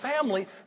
family